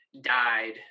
died